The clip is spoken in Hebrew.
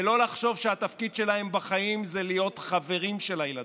ולא לחשוב שהתפקיד שלהם בחיים זה להיות חברים של הילדים,